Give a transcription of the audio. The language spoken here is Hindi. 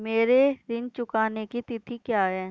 मेरे ऋण चुकाने की तिथि क्या है?